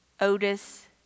Otis